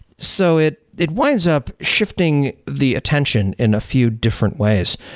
so it it winds up shifting the attention in a few different ways.